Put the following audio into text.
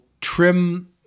trim